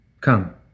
Come